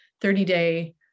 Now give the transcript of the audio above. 30-day